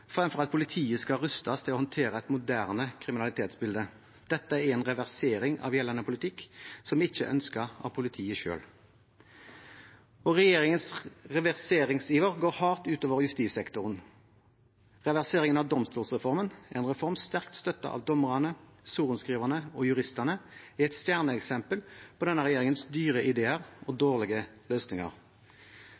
fremfor at politiet skal rustes til å håndtere et moderne kriminalitetsbilde. Dette er en reversering av gjeldende politikk som ikke er ønsket av politiet selv, og regjeringens reverseringsiver går hardt ut over justissektoren. Reversering av domstolsreformen, en reform sterkt støttet av dommerne, sorenskriverne og juristene, er et stjerneeksempel på denne regjeringens dyre ideer og